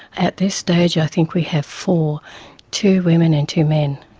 at this stage i think we have four two women and two men.